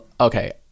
okay